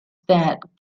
that